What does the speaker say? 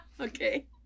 Okay